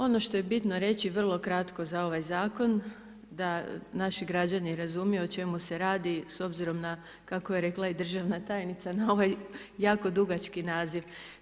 Ono što je bitno reći, vrlo kratko za ovaj zakon da naši građani razumiju o čemu se radi, s obzirom na, kako je rekla i državna tajnica na ovaj jako dugački naziv.